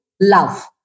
love